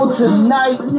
tonight